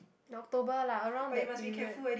October lah around that period